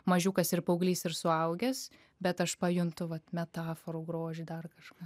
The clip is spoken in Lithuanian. mažiukas ir paauglys ir suaugęs bet aš pajuntu vat metaforų grožį dar kažką